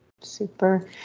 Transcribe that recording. Super